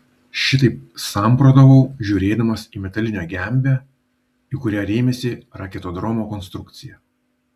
šitaip samprotavau žiūrėdamas į metalinę gembę į kurią rėmėsi raketodromo konstrukcija